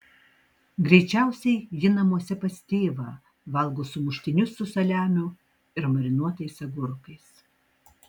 greičiausiai ji namuose pas tėvą valgo sumuštinius su saliamiu ir marinuotais agurkais